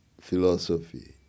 philosophy